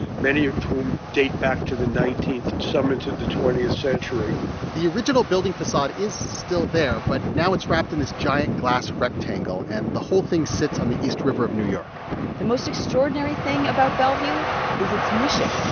many of whom date back to the nineteenth and some into the twentieth century the original building facade is still there, but now it's wrapped in this giant glass rectangle, and the whole thing sits on the east river of new york the most extraordinary thing about bellevue is its mission.